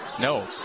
No